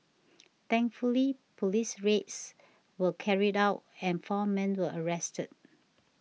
thankfully police raids were carried out and four men were arrested